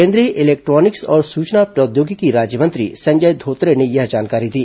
केंद्रीय इलेक्टॉनिक्स और सुचना प्रौद्योगिकी राज्यमंत्री संजय धोत्रे ने यह जानकारी दी